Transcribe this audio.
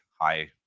high